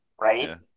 right